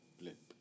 Blip